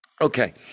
Okay